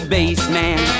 Bassman